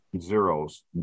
zeros